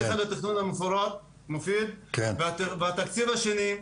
תקציב אחד לתכנון המפורט והתקציב השני,